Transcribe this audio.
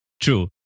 True